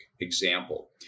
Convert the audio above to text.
example